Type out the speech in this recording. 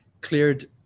cleared